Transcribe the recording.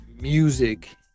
music